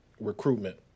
Recruitment